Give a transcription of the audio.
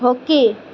hockey